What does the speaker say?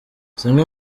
zimwe